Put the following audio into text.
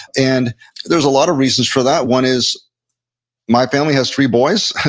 and there's a lot of reasons for that. one is my family has three boys,